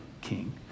king